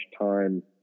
time